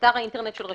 אתר האינטרנט של"